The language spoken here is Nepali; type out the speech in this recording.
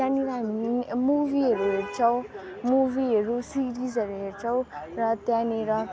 त्यहाँनिर हामी मुवीहरू हेर्छौँ मुवीहरू सिरिजहरू हेर्छौँ र त्यहाँनिर